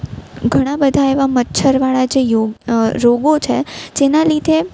ઘણા બધા એવા મચ્છરવાળા જે રોગો છે જેના લીધે